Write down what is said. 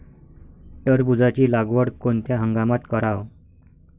टरबूजाची लागवड कोनत्या हंगामात कराव?